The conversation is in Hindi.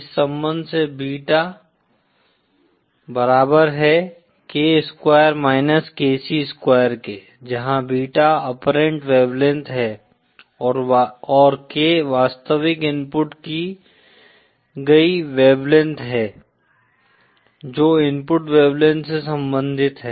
इस संबंध से बीटा बराबर है K square minus KC square के जहां बीटा आपपरेंट वेवलेंथ है और K वास्तविक इनपुट की गयी वेवलेंथ है जो इनपुट वेवलेंथ से संबंधित है